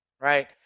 right